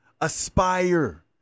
aspire